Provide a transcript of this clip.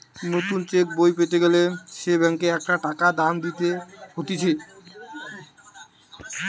নতুন চেক বই পেতে গ্যালে সে ব্যাংকে একটা টাকা দাম দিতে হতিছে